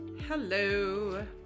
Hello